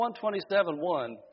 127.1